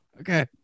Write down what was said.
Okay